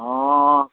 অ